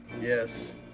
Yes